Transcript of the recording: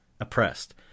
oppressed